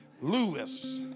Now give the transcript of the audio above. Lewis